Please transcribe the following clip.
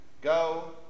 Go